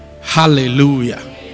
hallelujah